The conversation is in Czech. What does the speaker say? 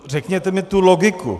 Řekněte mi tu logiku.